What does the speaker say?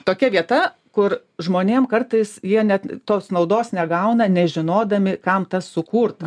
tokia vieta kur žmonėm kartais jie net tos naudos negauna nežinodami kam tas sukurta